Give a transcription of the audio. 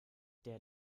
der